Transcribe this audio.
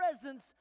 presence